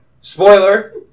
Spoiler